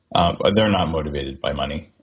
ah but they're not motivated by money.